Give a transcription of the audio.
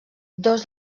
dos